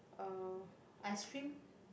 uh ice cream